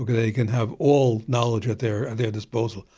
they can have all knowledge at their their disposal.